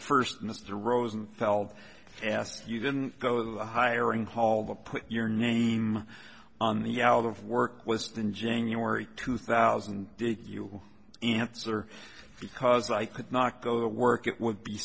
first mr rosenfeld asked you didn't go to the hiring hall the put your name on the out of work was in january two thousand and eight you answer because i could not go to work it would be